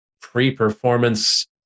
pre-performance